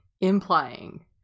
implying